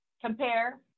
compare